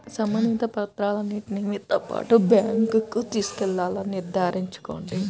సంబంధిత పత్రాలన్నింటిని మీతో పాటు బ్యాంకుకు తీసుకెళ్లాలని నిర్ధారించుకోండి